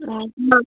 ꯑꯣ ꯍꯣꯏ